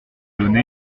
donné